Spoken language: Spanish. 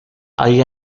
hay